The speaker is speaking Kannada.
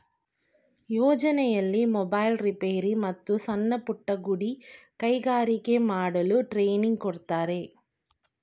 ಯೋಜನೆಯಲ್ಲಿ ಮೊಬೈಲ್ ರಿಪೇರಿ, ಮತ್ತು ಸಣ್ಣಪುಟ್ಟ ಗುಡಿ ಕೈಗಾರಿಕೆ ಮಾಡಲು ಟ್ರೈನಿಂಗ್ ಕೊಡ್ತಾರೆ